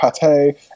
pate